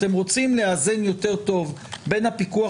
אתם רוצים לאזן יותר טוב בין הפיקוח